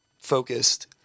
focused